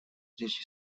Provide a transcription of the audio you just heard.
dzieci